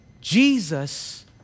Jesus